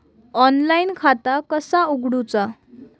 Online खाता कसा उगडूचा?